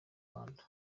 rwanda